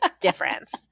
difference